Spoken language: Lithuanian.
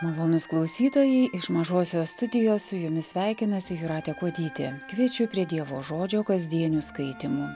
malonūs klausytojai iš mažosios studijos su jumis sveikinasi jūratė kuodytė kviečiu prie dievo žodžio kasdienių skaitymų